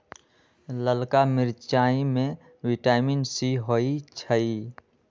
ललका मिरचाई में विटामिन सी होइ छइ